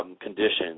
conditions